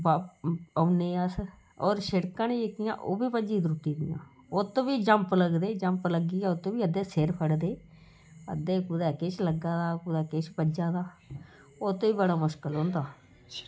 बा औन्ने अस होर शिड़कां नी जेह्कियां ओह् बी भज्जी त्रुट्टी दियां ओत्त बी जम्प लगदे जम्प लग्गियै बी ओत्त अद्धे सेर फटदे अद्धे कुतै किश लग्गा दा कुतै किश बज्जा दा ओत्त बी बड़ा मुश्कल होंदा